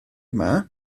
yna